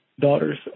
daughters